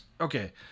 okay